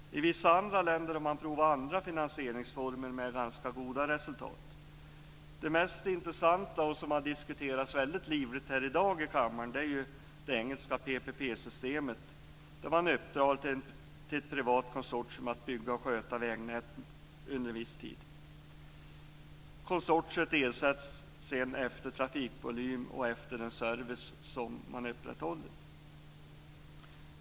I vissa andra länder har man provat andra finansieringsformer med ganska goda resultat. Det mest intressanta, som har diskuterats väldigt livligt här i kammaren i dag, är det engelska PPP-systemet, där man uppdrar åt ett privat konsortium att bygga och sköta vägar under en viss tid. Konsortiet ersätts sedan efter trafikvolym och efter den service som man upprätthåller.